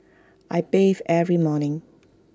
I bathe every morning